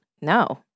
no